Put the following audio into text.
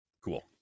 cool